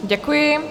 Děkuji.